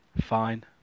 fine